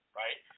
right